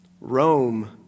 Rome